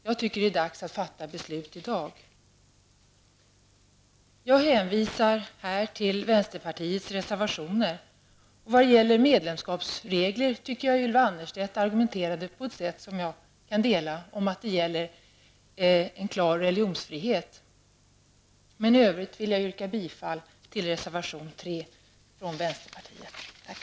Jag tycker att det är dags att fatta beslut i dag. Jag hänvisar här till vänsterpartiets reservationer. Vad gäller medlemskapsregler tycker jag att Ylva Annerstedt argumenterade på ett sätt som jag kan dela, nämligen att det gäller en klar religionsfrihet. I övrigt vill jag yrka bifall till reservation 3 från vänsterpartiet.